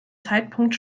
zeitpunkt